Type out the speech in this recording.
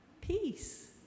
peace